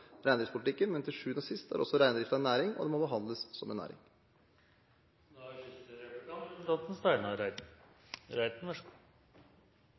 reindriftspolitikken, men til sjuende og sist er også reindriften en næring, og den må behandles som en næring. Det var interessant og positivt at statsråden i sitt innlegg la så